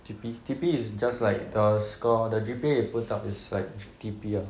T_P T_P is just like the score the G_P_A you put up is like shit T_P ah